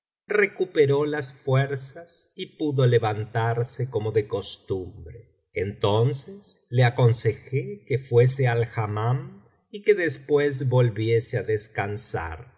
recuperó las fuerzas y pudo levantarse como de costumbreentóneos le aconsejé que fuese al hammam y que después volviese a descansar el